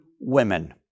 women